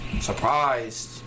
Surprised